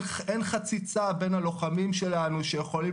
אין חציצה בין הלוחמים שלנו שיכולים